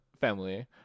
family